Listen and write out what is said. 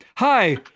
Hi